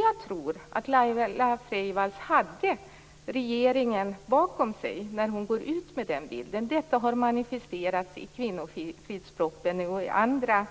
Jag tror att Laila Freivalds hade regeringen bakom sig när hon gick ut med den bilden. Detta har manifesterats i kvinnofridspropositionen och i andra